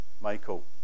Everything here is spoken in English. Michael